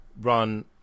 run